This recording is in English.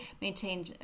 maintain